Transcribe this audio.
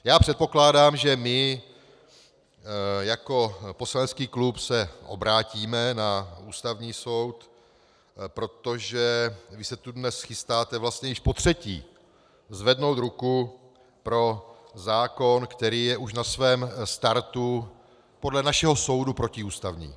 Já předpokládám, že my jako poslanecký klub se obrátíme na Ústavní soud, protože vy se tu dnes chystáte vlastně již potřetí zvednout ruku pro zákon, který je už na svém startu podle našeho soudu protiústavní.